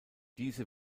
diese